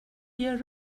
gör